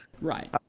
right